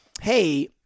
hey